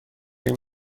این